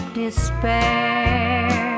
despair